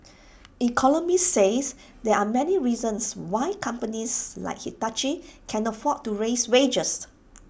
economists say there are many reasons why companies like Hitachi can afford to raise wages